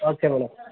okay madam